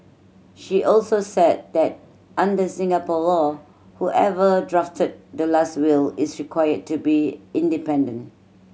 she also said that under Singapore law whoever drafted the last will is required to be independent